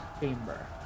chamber